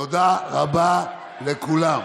תודה רבה לכולם.